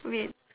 wait